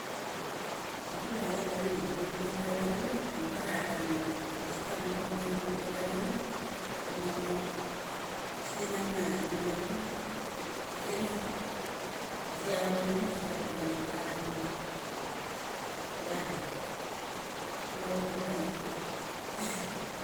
Mundu ma chalan avik ma gi mamuk kana thare glum, da mamar a tha tandram nge. Daka sik ia ambes na giang nga mamuk kana thave galam, bes tina mathum, bes ti na ma ti na manathun nge. Kusek nge, dasik achu rotini ia aung ga thanda thum nge. Ia dak kusek ngua thi dang galan avik.